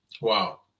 wow